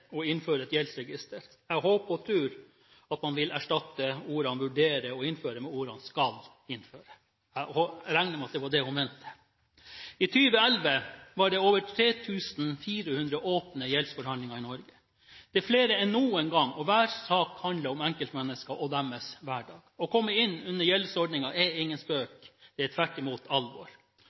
å innføre et gjeldsregister. Jeg håper og tror at man vil erstatte ordene «vurdere å innføre» med ordene «skal innføre». Jeg regner med at det var det hun mente. I 2011 var det over 3 400 åpne gjeldsforhandlinger i Norge. Det er flere enn noen gang, og hver sak handler om enkeltmennesker og deres hverdag. Å komme inn under gjeldsordninger er ingen spøk – det er tvert imot alvor.